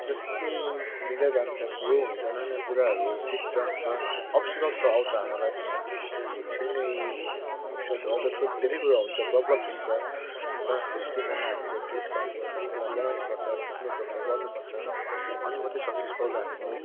हुन जान्छ ग्रो हुन्छ नयाँ नयाँ कुराहरू सिक्छ वा अब्सटेकल्स त आउँछ हाम्रो लाइफमा त्यसरी नै अब्सटेकल आउँछ धेरै कुरो हुन्छ प्रब्लम्स हुन्छ तर त्यो सिच्वेसनमा हामीले फेस गर्नुपर्छ त्यसलाई बढाउनुपर्छ सिक्नुपर्छ गर्नुपर्छ अनि मात्रै सक्सेस पाउँछ आफूले